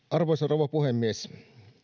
arvoisa rouva puhemies